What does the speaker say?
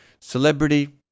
celebrity